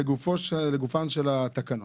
לגופן של התקנות,